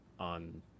on